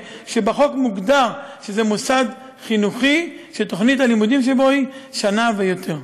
ובחוק מוגדר שזה מוסד חינוכי שתוכנית הלימודים שבו היא שנה ויותר.